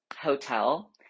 hotel